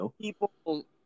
people